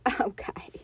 Okay